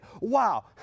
Wow